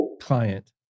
client